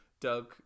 Doug